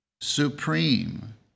supreme